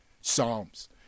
Psalms